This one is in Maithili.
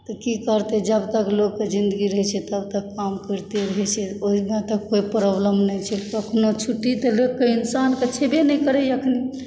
तऽ की करतै जब तक लोककेँ जिन्दगी रहै छै तब तक काम करिते रहै छै ओहिमे कोई प्रॉब्लम नहि छै कोनो छुट्टी लोकके इन्सानके छैबे नहि करै अखनी